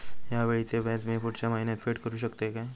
हया वेळीचे व्याज मी पुढच्या महिन्यात फेड करू शकतय काय?